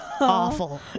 awful